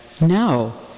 No